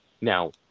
Now